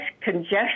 congestion